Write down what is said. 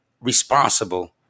responsible